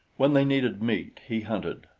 when they needed meat, he hunted,